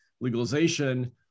legalization